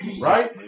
right